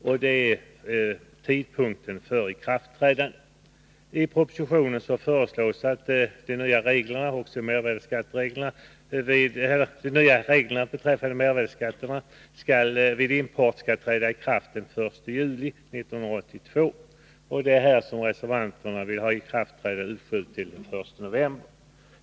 Det gäller tidpunkten för ikraftträdandet. I propositionen föreslås att de nya reglerna vid import, också beträffande mervärdeskatten, skall träda i kraft den 1 juli 1982. Det är här som reservanterna vill ha ikraftträdandet uppskjutet till den 1 november.